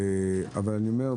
אבל אני אומר,